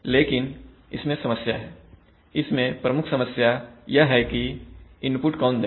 लेकिन इसमें समस्या है इसमें प्रमुख समस्या यह है कि इनपुट कौन देगा